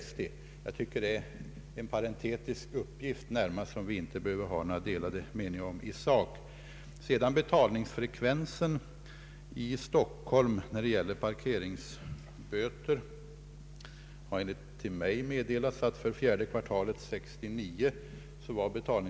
Detta är, som sagt, närmast parentetiskt i det här sammanhanget, och jag tycker inte att vi behöver ha några delade meningar om detta i sak. Betalningsfrekvensen för parkeringsböter i Stockholm har enligt vad som meddelats mig varit 41 procent under fjärde kvartalet 1969.